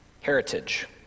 heritage